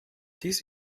dies